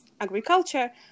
agriculture